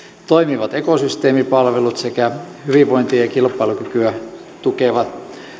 toimivat ekosysteemipalvelut sekä hyvinvointia ja kilpailukykyä tukeva